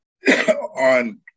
on